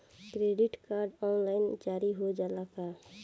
Credit card online जारी हो जाला का?